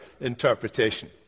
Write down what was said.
interpretation